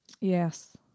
yes